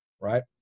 right